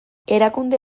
erakunde